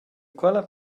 quella